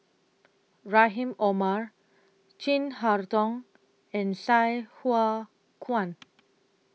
Rahim Omar Chin Harn Tong and Sai Hua Kuan